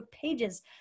Pages